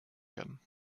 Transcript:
werden